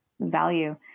value